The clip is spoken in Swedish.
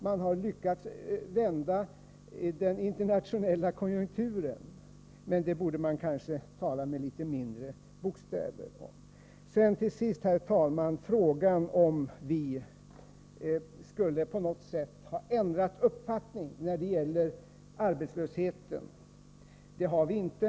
Man har lyckats vända den internationella konjunkturen, men man borde kanske tala med mindre bokstäver om detta. Till sist, herr talman, frågan om vi på något sätt skulle ha ändrat uppfattning när det gäller arbetslösheten. Det har vi inte.